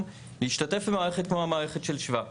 להשתתף במערכת כמו המערכת של שבא.